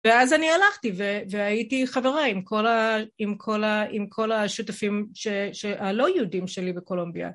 ואז אני הלכתי, והייתי חברה עם כל השותפים הלא יהודים שלי בקולומביה.